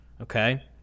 Okay